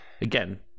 Again